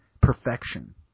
Perfection